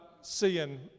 seeing